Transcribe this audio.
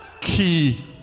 key